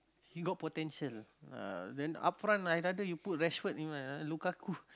he got potential ah then upfront I rather you put Rashford Lukaku